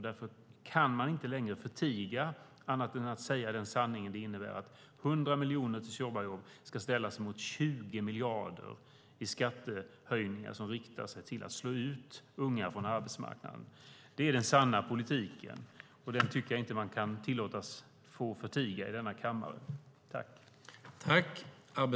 Därför kan man inte förtiga sanningen som innebär att 100 miljoner till sommarjobb ska ställas mot 20 miljarder i skattehöjningar som riktar sig till att slå ut unga från arbetsmarknaden. Det är sanningen om den politiken, och den tycker jag inte att man ska tillåtas att förtiga i denna kammare.